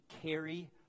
carry